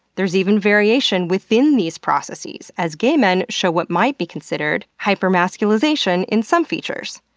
there's even variation within these processes as gay men show what might be considered hypermasculinization in some features.